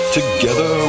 Together